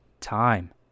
time